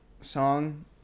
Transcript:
song